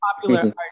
Popular